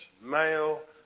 Male